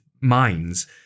minds